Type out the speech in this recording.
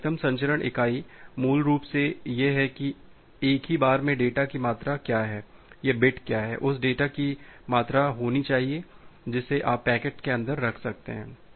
तो अधिकतम संचरण इकाई मूल रूप से यह है कि एक ही बार में डेटा की मात्रा क्या है या बिट क्या है यह उस डेटा की मात्रा होनी चाहिए जिसे आप पैकेट के अंदर रख सकते हैं